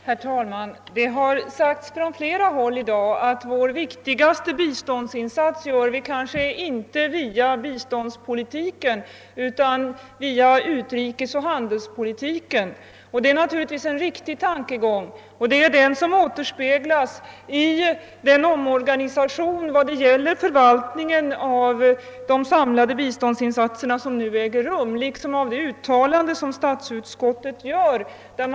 Herr talman! Det har sagts från flera håll i dag att vi kanske inte gör vår viktigaste biståndsinsats via biståndspolitiken utan via utrikesoch handelspolitiken. Det är naturligtvis en riktig tankegång, och den återspeglas i den omorganisation av förvaltningen av de samlade biståndsinsatserna som nu äger rum liksom i de uttalanden som utskottet gör i anslutning härtill.